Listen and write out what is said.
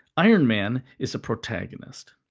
iron man is a protagonist.